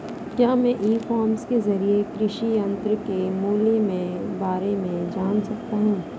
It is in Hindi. क्या मैं ई कॉमर्स के ज़रिए कृषि यंत्र के मूल्य में बारे में जान सकता हूँ?